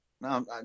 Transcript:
No